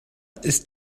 ist